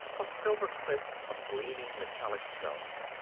of silver cliffs of gleaming metallic stone,